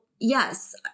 yes